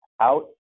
out